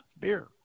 beer